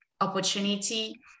opportunity